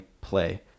play